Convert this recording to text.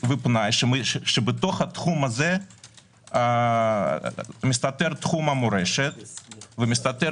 ופנאי שבתוך התחום הזה מסתתר תחום המורשת ומסתתר